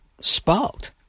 sparked